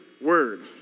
word